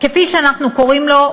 כפי שאנחנו קוראים לו,